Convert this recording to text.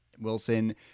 Wilson